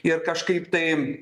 ir kažkaip tai